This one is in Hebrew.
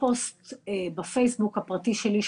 פוסט בפייסבוק הפרטי שלי,